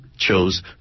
chose